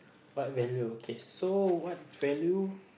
what value okay so what value